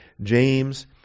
James